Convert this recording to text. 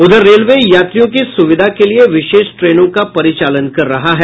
उधर रेलवे यात्रियों की सुविधा के लिये विशेष ट्रेनों का परिचालन कर रहा है